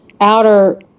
outer